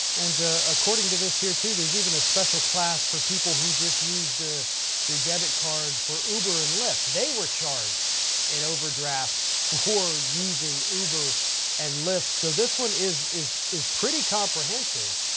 and according to this here too, there's even a special class for people who just used ah their debit card for uber and lyft. they were charged an overdraft for using uber and lyft. so this one is, is, is pretty comprehensive,